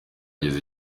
yageze